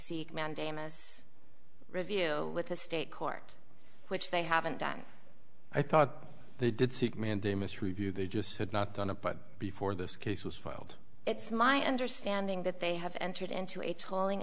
seek mandamus review with the state court which they haven't done i thought they did seek mandamus review they just had not done it but before this case was filed it's my understanding that they have entered into a tolling